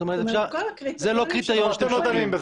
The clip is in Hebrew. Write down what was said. זאת אומרת, זה לא קריטריון שאתם שוקלים?